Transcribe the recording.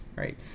right